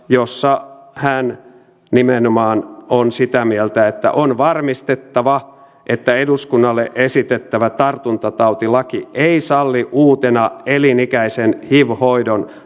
jossa hän nimenomaan on sitä mieltä että on varmistettava että eduskunnalle esitettävä tartuntatautilaki ei salli uutena elinikäisen hiv hoidon